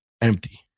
empty